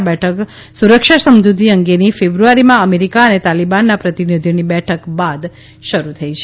આ બેઠક સુરક્ષા સમજુતી અંગેની ફેબ્રુઆરીમાં અમેરીકા અને તાલીબાનના પ્રતિનિધિઓની બેઠક બાદ શરૂ થઇ છે